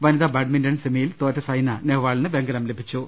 വനിതാ ബാഡ്മിന്റൺ സെമിയിൽ തോറ്റ സൈന നെഹ്വാളിന് വെങ്കലം ലഭിച്ചു